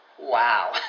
wow